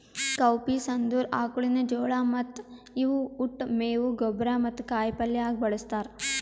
cowpeas ಅಂದುರ್ ಆಕುಳಿನ ಜೋಳ ಮತ್ತ ಇವು ಉಟ್, ಮೇವು, ಗೊಬ್ಬರ ಮತ್ತ ಕಾಯಿ ಪಲ್ಯ ಆಗ ಬಳ್ಸತಾರ್